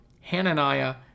Hananiah